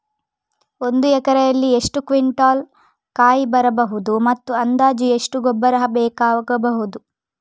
ಒಂದು ಎಕರೆಯಲ್ಲಿ ಎಷ್ಟು ಕ್ವಿಂಟಾಲ್ ಕಾಯಿ ಬರಬಹುದು ಮತ್ತು ಅಂದಾಜು ಎಷ್ಟು ಗೊಬ್ಬರ ಬೇಕಾಗಬಹುದು?